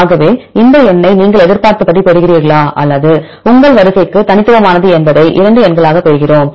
ஆகவே இந்த எண்ணை நீங்கள் எதிர்பார்த்தபடி பெறுகிறீர்களா அல்லது அது உங்கள் வரிசைக்கு தனித்துவமானது என்பதை 2 எண்களைப் பெறுகிறோம்